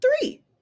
three